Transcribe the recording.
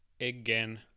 again